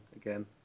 again